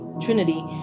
Trinity